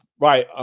right